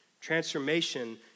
Transformation